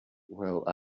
well